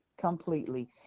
completely